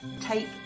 take